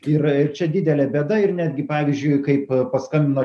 ir ir čia didelė bėda ir netgi pavyzdžiui kaip paskambino